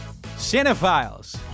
cinephiles